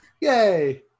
Yay